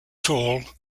tall